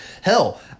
hell